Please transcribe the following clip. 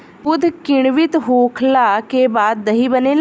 दूध किण्वित होखला के बाद दही बनेला